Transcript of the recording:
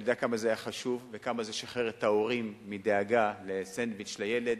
אני יודע כמה זה היה חשוב וכמה זה שחרר את ההורים מדאגה לסנדוויץ' לילד,